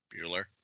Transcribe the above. Bueller